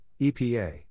EPA